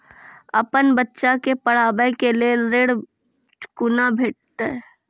अपन बच्चा के पढाबै के लेल ऋण कुना भेंटते?